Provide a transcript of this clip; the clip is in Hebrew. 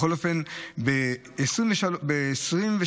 בכל אופן, ב-2023